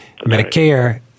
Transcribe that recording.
Medicare